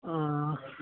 ओ